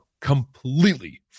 completely